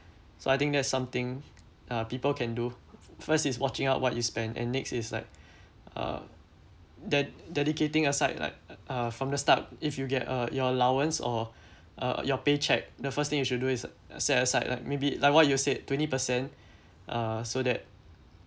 so I think that's something uh people can do first is watching out what you spend and next is like uh ded~ dedicating aside like uh from the start if you get uh your allowance or uh your pay cheque the first thing you should do is set aside like maybe like what you said twenty percent uh so that